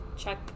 check